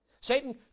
Satan